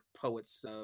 poets